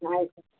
ಆಯ್ತು